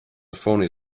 phoney